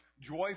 joyful